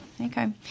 Okay